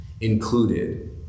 included